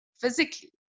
physically